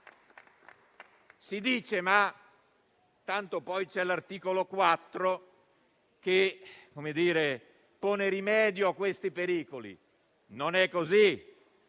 Si dice che tanto poi c'è l'articolo 4 che pone rimedio a questi pericoli, ma non è così.